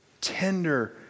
tender